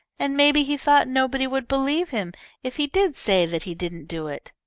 and maybe he thought nobody would believe him if he did say that he didn't do it.